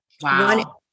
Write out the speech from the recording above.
Wow